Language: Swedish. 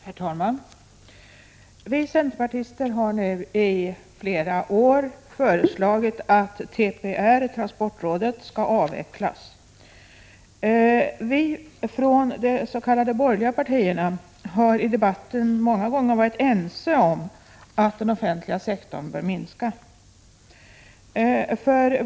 Herr talman! Vi centerpartister har nu i flera år föreslagit att transportrådet skall avvecklas. Vi från de s.k. borgerliga partierna har i debatten många gånger varit ense om att den offentliga sektorn bör minska.